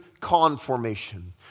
conformation